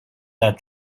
that